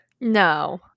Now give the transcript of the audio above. no